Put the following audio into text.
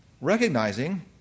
recognizing